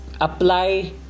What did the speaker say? apply